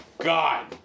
God